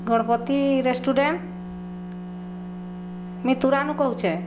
Ganapati restaurant ମୁଇ ତୁରାନୁ କହୁଛେ